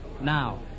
now